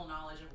knowledge